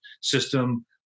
system